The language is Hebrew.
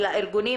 ולארגונים,